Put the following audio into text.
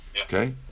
Okay